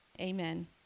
Amen